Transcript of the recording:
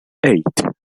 eight